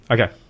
Okay